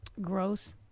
Gross